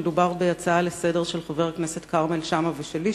מדובר בהצעה לסדר-היום של חבר הכנסת כרמל שאמה ושלי,